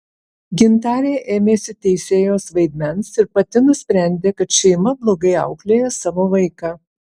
gintarė ėmėsi teisėjos vaidmens ir pati nusprendė kad šeima blogai auklėja savo vaiką